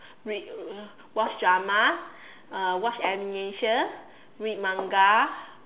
read uh watch drama uh watch animation read Manga